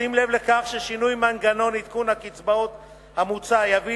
ובשים לב לכך ששינוי מנגנון עדכון הקצבאות המוצע יביא